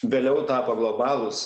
vėliau tapo globalūs